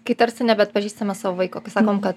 kai tarsi nebeatpažįstame savo vaiko kai sakom kad